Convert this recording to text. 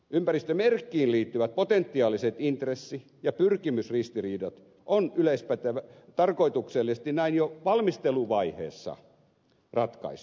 ympäristömerkkiin liittyvät potentiaaliset intressi ja pyrkimysristiriidat on tarkoituksellisesti näin jo valmisteluvaiheessa ratkaistu